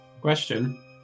Question